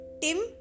Tim